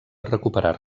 recuperar